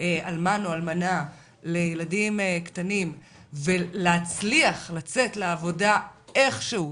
אלמן או אלמנה לילדים קטנים ולהצליח לצאת לעבודה איכשהו,